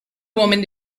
woman